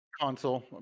console